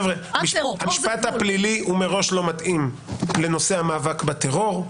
המשפט הפלילי מראש לא מתאים לנושא המאבק בטרור.